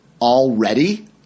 already